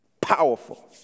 Powerful